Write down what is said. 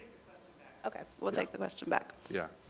okay, we'll take the question back. yeah,